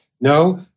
No